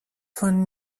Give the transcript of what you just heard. von